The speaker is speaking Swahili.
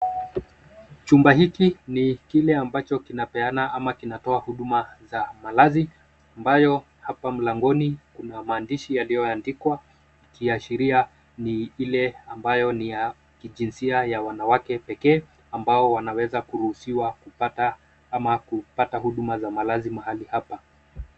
Chumba hiki ni kile ambacho kinapeana ama kinatoa huduma za malazi ambayo hapa mlangoni kuna maandishi yaliyoandikwa yakiashiria ni ile ambayo ni ya jinsia ya wanawake pekee ambao wanaweza kuruhusiwa kupata huduma za malazi mahali hapa.